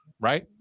right